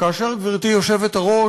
כאשר, גברתי היושבת-ראש,